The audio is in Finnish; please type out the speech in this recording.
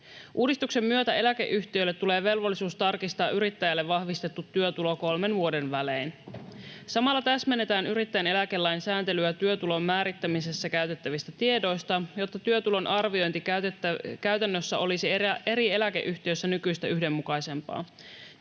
Uudistuksen myötä eläkeyhtiöille tulee velvollisuus tarkistaa yrittäjälle vahvistettu työtulo kolmen vuoden välein. Samalla täsmennetään yrittäjän eläkelain sääntelyä työtulon määrittämisessä käytettävistä tiedoista, jotta työtulon arviointi käytännössä olisi eri eläkeyhtiöissä nykyistä yhdenmukaisempaa.